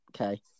okay